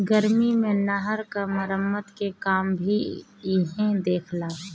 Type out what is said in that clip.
गर्मी मे नहर क मरम्मत के काम भी इहे देखेला